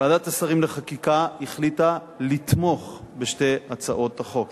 ועדת השרים לחקיקה החליטה לתמוך בשתי הצעות החוק.